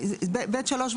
(ב1)(3)